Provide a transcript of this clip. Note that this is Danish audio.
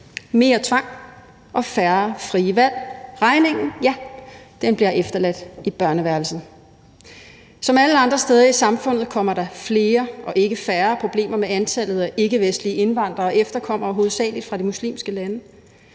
mere tvang og færre frie valg. Regningen – ja, den bliver efterladt i børneværelset. Som alle andre steder i samfundet kommer der flere og ikke færre problemer med antallet af ikkevestlige indvandrere og efterkommere hovedsagelig fra de muslimske lande.